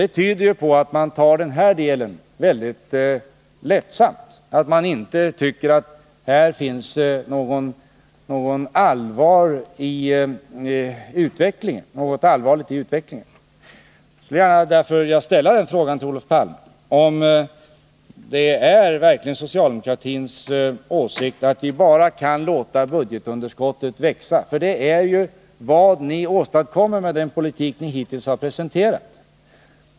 Det tyder på att socialdemokratin tar den här delen väldigt lättsamt, att man inte inser det allvarliga i utvecklingen. Jag skulle därför gärna vilja fråga Olof Palme om det verkligen är socialdemokratins åsikt att vi bara kan låta budgetunderskottet växa. Det är ju vad ni åstadkommer med den politik ni hittills har presenterat.